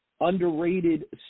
Underrated